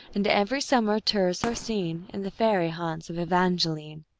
and every summer tourists are seen in the fairy haunts of evangeline.